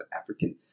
African